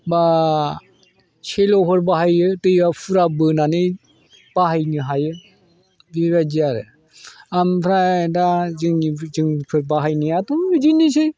एबा सेलेवफोर बाहायो दैयाव फुरा बोनानै बाहायनो हायो बेबायदि आरो आमफ्राय दा जोंनि जोंफोर बाहायनायाथ' बिदिनोसै